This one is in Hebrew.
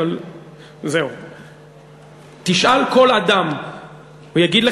אבל תשאל כל אדם הגון,